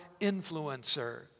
influencer